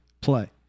play